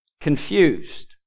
Confused